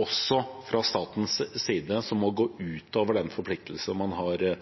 også fra statens side, som må gå utover den forpliktelsen man har